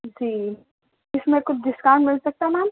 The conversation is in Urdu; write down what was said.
جی اس میں کچھ ڈسکاونٹ مل سکتا ہے میم